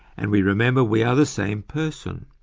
and we remember we are the same person.